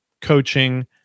coaching